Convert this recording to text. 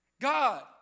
God